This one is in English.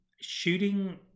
shooting